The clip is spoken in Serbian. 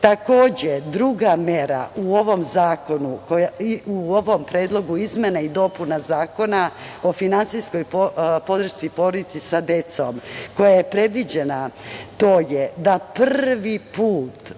dece. Takođe, druga mera u ovom Predlogu izmene i dopuna Zakona finansijskoj podršci porodici sa decom koja je predviđena, to je da prvi put